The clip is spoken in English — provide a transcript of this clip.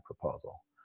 proposal